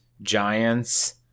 giants